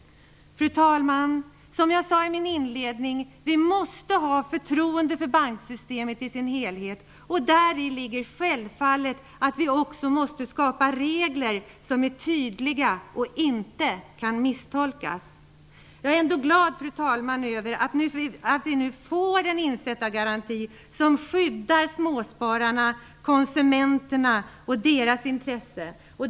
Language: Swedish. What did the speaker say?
Fru talman! Som jag sade i min inledning måste vi ha förtroende för banksystemet i dess helhet. Däri ligger självfallet att vi också måste skapa regler som är tydliga och inte kan misstolkas. Jag är ändå glad, fru talman, över att vi nu får en insättargaranti som skyddar småspararna, konsumenterna, och deras intresse.